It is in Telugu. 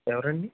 ఎవరండీ